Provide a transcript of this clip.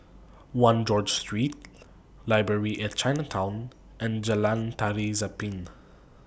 one George Street Library At Chinatown and Jalan Tari Zapin